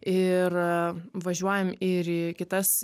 ir važiuojam ir į kitas